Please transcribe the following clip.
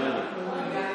ממני.